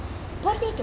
potatoes